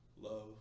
Love